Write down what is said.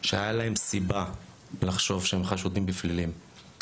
שהיה להם סיבה לחשוב שהם חשודים בפלילים,